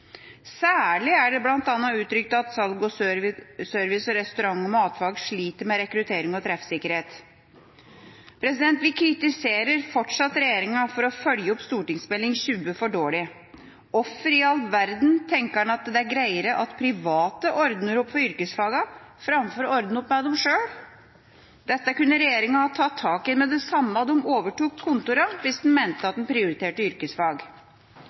Særlig er det uttrykt at bl.a. salg og service og restaurant- og matfag sliter med rekruttering og treffsikkerhet. Vi kritiserer fortsatt regjeringa for å følge opp Meld. St. 20 for 2012–2013 for dårlig. Hvorfor i all verden tenker man at det er greiere at private ordner opp med yrkesfagene enn å ordne opp med dem sjøl? Dette kunne regjeringa tatt tak i med det samme de overtok kontorene, hvis man mente at man prioriterte yrkesfag.